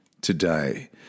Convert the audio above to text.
today